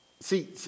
See